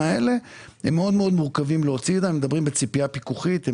כששאלו אותם למה הם אוהבים את המערכת הבנקאית,